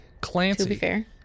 Clancy